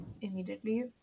immediately